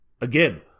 again